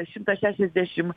šimtas šešiasdešim